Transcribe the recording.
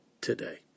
today